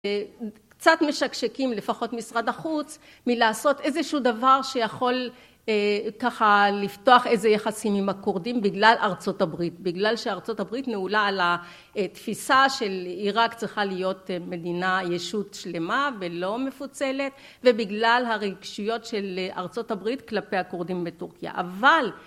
קצת משקשקים לפחות משרד החוץ, מלעשות איזשהו דבר שיכול ככה לפתוח איזה יחסים עם הכורדים, בגלל ארצות הברית, בגלל שארצות הברית נעולה על התפיסה של עיראק צריכה להיות מדינה ישות שלמה ולא מפוצלת, ובגלל הרגישויות של ארצות הברית כלפי הכורדים בטורקיה. אבל...